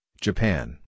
Japan